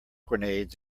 grenades